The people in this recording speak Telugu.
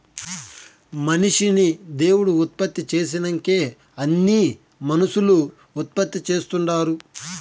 మనిషిని దేవుడు ఉత్పత్తి చేసినంకే అన్నీ మనుసులు ఉత్పత్తి చేస్తుండారు